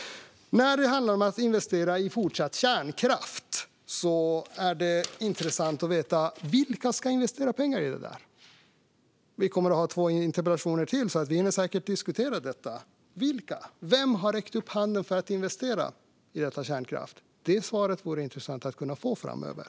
När det handlar om att investera i fortsatt kärnkraft är det intressant att veta vilka som ska investera pengar i den. Vi kommer att ha två interpellationsdebatter till, så vi hinner säkert diskutera detta. Vem har räckt upp handen för att investera i kärnkraft? Det svaret vore intressant att få framöver.